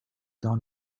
dans